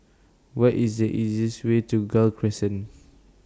What IS The easiest Way to Gul Crescent